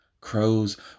Crows